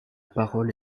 parole